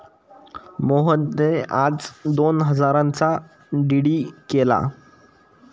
मोहनने आज दोन हजारांचा डी.डी केला